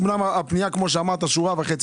אמנם הפנייה כמו שאמרת היא שורה וחצי,